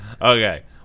Okay